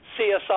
CSI